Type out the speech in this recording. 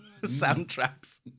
soundtracks